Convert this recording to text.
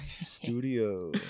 studio